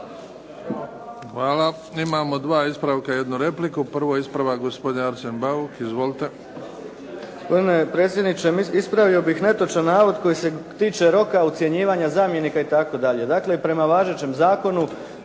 Hvala. Imamo dva ispravka, jednu repliku. Prvo, ispravak gospodin Arsen Bauk. Izvolite. **Bauk, Arsen (SDP)** Gospodine predsjedniče, ispravio bih netočan navod koji se tiče roka ucjenjivanja zamjenika i tako dalje. Dakle, prema važećem zakonu